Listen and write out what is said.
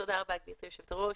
רבה גבירתי יושבת הראש,